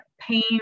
pain